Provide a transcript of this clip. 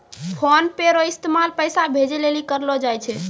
PhonePe रो इस्तेमाल पैसा भेजे लेली करलो जाय छै